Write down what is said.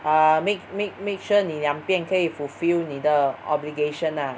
uh make make make sure 你两边可以 fulfil 你的 obligation lah